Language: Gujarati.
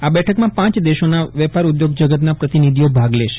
આ બેઠકમાં પાંચ દેશોના વેપાર ઉદ્યોગ જગતના પ્રતિનિધિઓ ભાગ લેશે